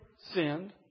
sinned